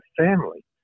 family